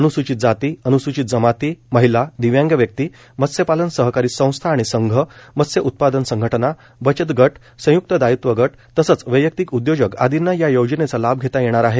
अन्सूचित जाती अन्सूचित जमाती महिला दिव्यांग व्यक्ती मत्स्यपालन सहकारी संस्था आणि संघ मत्स्य उत्पादन संघटना बचत गट संयुक्त दायित्व गट तसंच वैयक्तिक उदयोजक आर्दींना या योजनेचा लाभ घेता येणार आहे